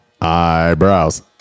eyebrows